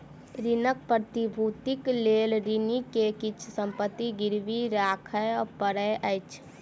ऋणक प्रतिभूतिक लेल ऋणी के किछ संपत्ति गिरवी राखअ पड़ैत अछि